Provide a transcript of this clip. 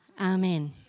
Amen